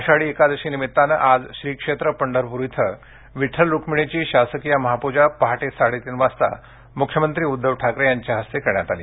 आषाढी एकादशी निमित्तानं आज श्री क्षेत्र पंढरपूर इथं विड्ठल रुक्मिणीची शासकीय महापूजा पहाटे साडे तीन वाजता मुख्यमंत्री उद्घव ठाकरे यांच्या हस्ते करण्यात आली